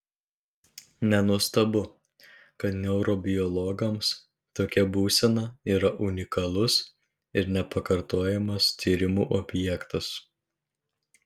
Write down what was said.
nenuostabu kad neurobiologams tokia būsena yra unikalus ir nepakartojamas tyrimų objektas